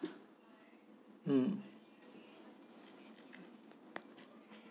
mm